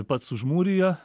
pats užmūrija